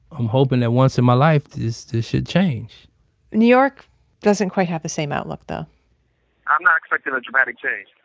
i'm hoping that once in my life, this shit change new york doesn't quite have the same outlook though i'm not expecting a dramatic change.